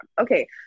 okay